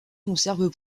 conserve